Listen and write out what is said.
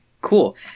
cool